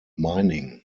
mining